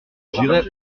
j’irai